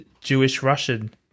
Jewish-Russian